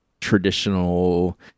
traditional